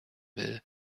will